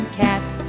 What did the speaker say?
cats